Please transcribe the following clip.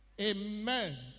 Amen